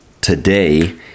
today